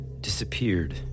disappeared